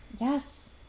Yes